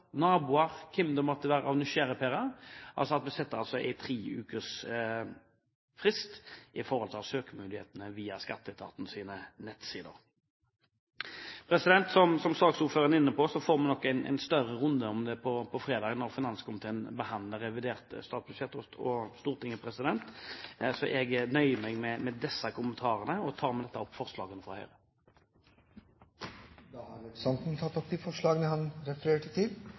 naboer, hvem det måtte være av nysgjerrigper-er å ha søkemuligheter via skatteetatens nettsider ved at vi setter en treukers frist. Som saksordføreren er inne på, får vi nok en større runde om det på fredag når finanskomiteen behandler revidert nasjonalbudsjett i Stortinget, så jeg nøyer meg med disse kommentarene, og tar med dette opp forslagene fra Høyre. Representanten Arve Kambe har da tatt opp de forslagene han refererte til.